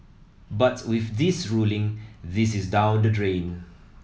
but with this ruling this is down the drain